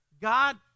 God